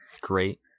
great